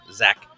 zach